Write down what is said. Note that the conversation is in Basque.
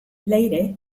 leire